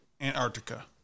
Antarctica